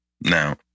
Now